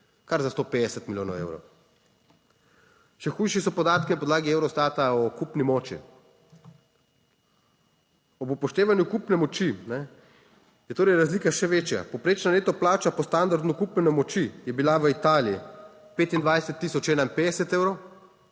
kar za 150 milijonov evrov. Še hujši so podatki na podlagi Eurostata o kupni moči. Ob upoštevanju kupne moči je torej razlika še večja. Povprečna neto plača po standardu kupne moči je bila v Italiji 25 tisoč 51 evrov,